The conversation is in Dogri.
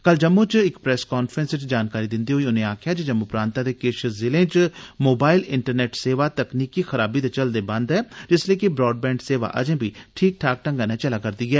कल जम्मू च इक प्रैस कांफ्रेस गी जानकारी दिन्दे होई उनें आक्खेया जे जम्मू प्रांतै दे किश जिलें च मोबाईल इंटरनेट सेवा तकनीकी खराबी दे चलदे बंद ऐ जिसलै कि ब्रॉडबैंड सेवा ठीक ठाक ढंगै नै चलै करदी ऐ